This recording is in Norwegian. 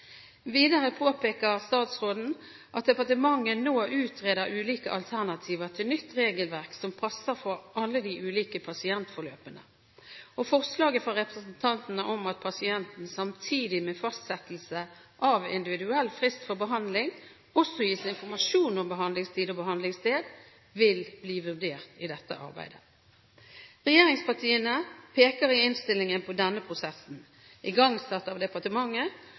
Videre påpeker statsråden at departementet nå utreder ulike alternativer til nytt regelverk som passer for alle de ulike pasientforløpene. Forslaget fra representantene om at pasienten samtidig med fastsettelse av individuell frist for behandling også gis informasjon om behandlingstid og behandlingssted, vil bli vurdert i dette arbeidet. Regjeringspartiene peker i innstillingen på denne prosessen, igangsatt av departementet,